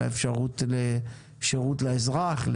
על האפשרות לשירות לאזרח,